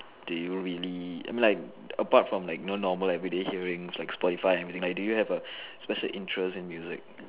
do you really I mean like apart from like know normal every day hearings like Spotify everything do you have a special interest in music